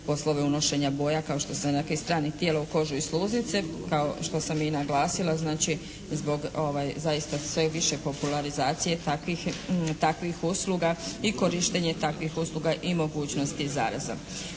poslove unošenja boja, stranih tijela u kožu i sluznice kao što sam i naglasila, znači zbog zaista sve više popularizacije takvih usluga i korištenje takvih usluga i mogućnosti zaraza.